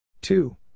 Two